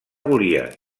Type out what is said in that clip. volia